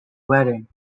wedding